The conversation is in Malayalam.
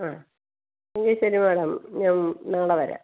ആ എങ്കിൽ ശരി മാഡം ഞാൻ നാളെ വരാം